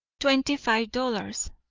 twenty-five dollars,